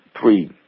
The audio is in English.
three